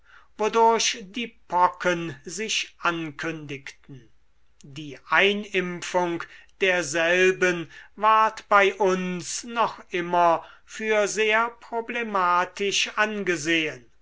wodurch die pocken sich ankündigten die einimpfung derselben ward bei uns noch immer für sehr problematisch angesehen